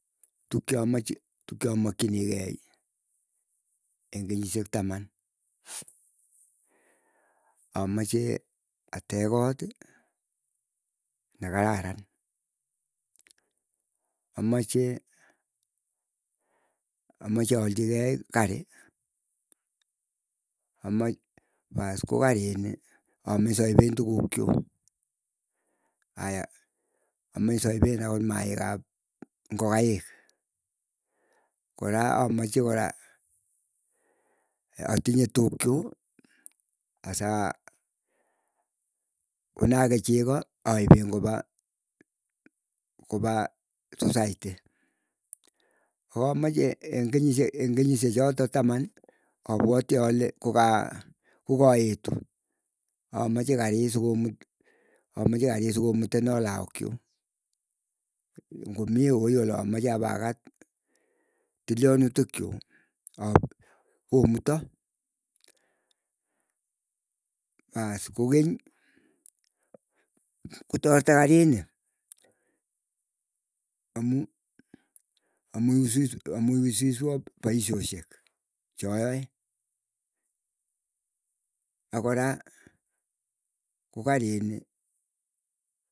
Tuk chamache tuk cha makchinigei, eng kenyisiek taman amache atech koot nekararan amache amache alchigei kari paas ko kariini amache saipen tukukchu. Aya amee saipen akot maaik ap ngokaik kora amache kora atinye tuukchuk asa, konakei chegoo aipen kopaa society. Akamacha eng kenyisie choto taman apwati ale kokaa kokaetu, amache karit sukomutenaa lakok chuu. Ngomii wui olamache ipakaat tilianutik chuu ap komuto paas kokeny, kotareta karinii amuu amuu amuu iwisiswoo poisyosiek choyoe ak kora ko kari ni...